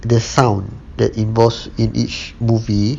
the sound that involves in each movie